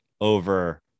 over